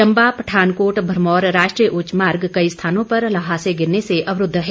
चंबा पठानकोट भरमौर राष्ट्रीय उच्च मार्ग कई स्थानों पर ल्हासे गिरने से अवरूद्व है